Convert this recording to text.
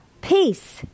peace